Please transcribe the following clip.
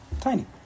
Tiny